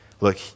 Look